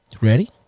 Ready